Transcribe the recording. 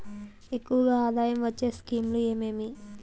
ఎక్కువగా ఆదాయం వచ్చే స్కీమ్ లు ఏమేమీ?